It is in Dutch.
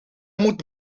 moet